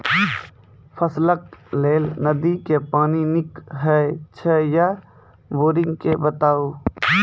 फसलक लेल नदी के पानि नीक हे छै या बोरिंग के बताऊ?